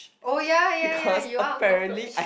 oh ya ya ya you are a cockroach